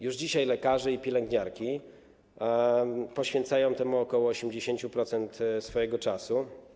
Już dzisiaj lekarze i pielęgniarki poświęcają temu ok. 80% swojego czasu.